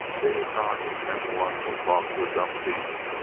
it was not as one will talk to a dumb beast,